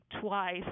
twice